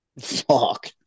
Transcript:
Fuck